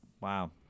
wow